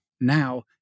now